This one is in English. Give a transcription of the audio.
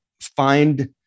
find